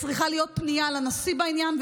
צריכה להיות פנייה לנשיא בעניין,